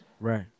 Right